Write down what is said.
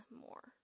more